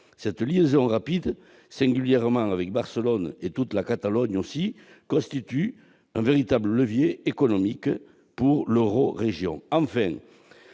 Cette liaison rapide avec Barcelone et toute la Catalogne constitue un véritable levier économique pour l'eurorégion.